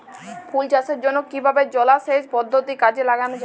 ফুল চাষের জন্য কিভাবে জলাসেচ পদ্ধতি কাজে লাগানো যাই?